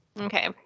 Okay